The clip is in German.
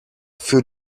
für